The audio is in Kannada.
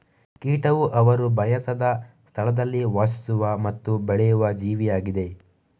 ಕೀಟವು ಅವರು ಬಯಸದ ಸ್ಥಳದಲ್ಲಿ ವಾಸಿಸುವ ಮತ್ತು ಬೆಳೆಯುವ ಜೀವಿಯಾಗಿದೆ